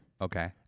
Okay